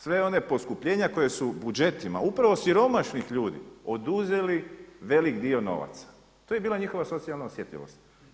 Sva ona poskupljenja koja su budžetima upravo siromašnih ljudi oduzeli velik dio novaca, to je bila njihova socijalna osjetljivost.